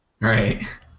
right